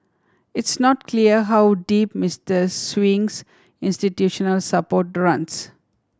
it's not clear how deep Mister Sewing's institutional support runs